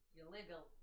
illegal